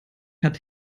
hat